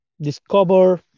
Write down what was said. Discover